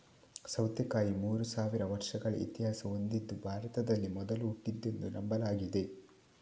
ಸೌತೆಕಾಯಿ ಮೂರು ಸಾವಿರ ವರ್ಷಗಳ ಇತಿಹಾಸ ಹೊಂದಿದ್ದು ಭಾರತದಲ್ಲಿ ಮೊದಲು ಹುಟ್ಟಿದ್ದೆಂದು ನಂಬಲಾಗಿದೆ